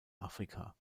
afrika